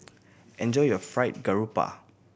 enjoy your Fried Garoupa